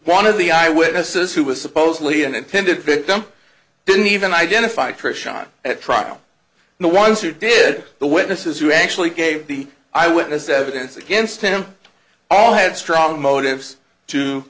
one of the eyewitnesses who was supposedly an intended victim didn't even identify chris shot at trial the ones who did the witnesses who actually gave the eyewitness evidence against him all had strong motives to